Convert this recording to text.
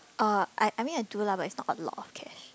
uh I I mean I do lah but it's not a lot of cash